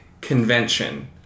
convention